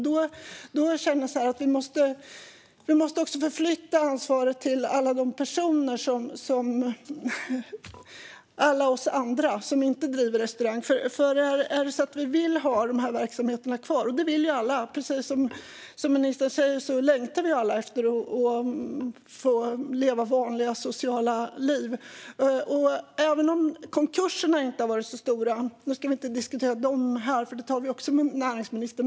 Då känner jag så här: Vi måste också förflytta ansvaret till alla oss andra som inte driver restaurang. Vi vill alla ha dessa verksamheter kvar. Precis som ministern säger längtar vi alla efter att få leva vanliga sociala liv. Vi ska inte diskutera konkurser nu, för det tar vi också med näringsministern.